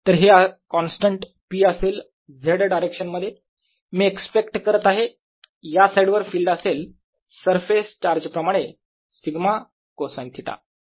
तर हे constant p असेल z डायरेक्शन मध्ये मी एक्स्पेक्ट करत आहे या साईडवर फिल्ड असेल सरफेस चार्ज प्रमाणे σ कोसाईन थिटा